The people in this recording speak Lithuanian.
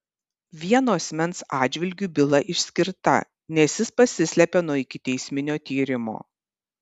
vieno asmens atžvilgiu byla išskirta nes jis pasislėpė nuo ikiteisminio tyrimo